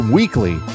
weekly